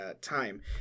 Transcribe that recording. time